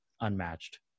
unmatched